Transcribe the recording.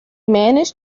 managed